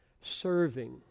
serving